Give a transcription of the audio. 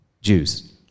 Jews